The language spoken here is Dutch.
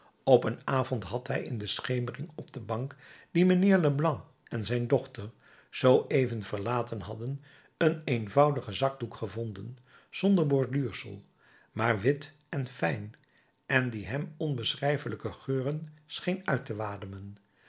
op een avond had hij in de schemering op de bank die mijnheer leblanc en zijn dochter zoo even verlaten hadden een eenvoudigen zakdoek gevonden zonder borduursel maar wit en fijn en die hem onbeschrijfelijke geuren scheen uit te wademen